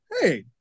hey